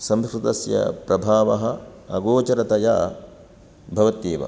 संस्कृतस्य प्रभावः अगोचरतया भवत्येव